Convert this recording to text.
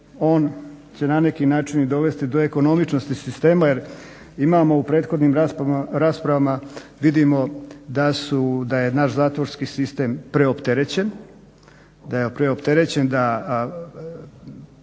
on na neki način dovesti do ekonomičnosti sistema jer imamo u prethodnim raspravama, vidimo da je naš zatvorski sistem preopterećen brojem ljudi